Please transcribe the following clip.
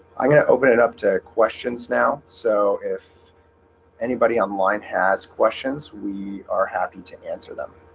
i'm going to open it up to questions now. so if anybody online has questions, we are happy to answer them